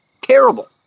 terrible